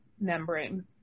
membrane